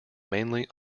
mainly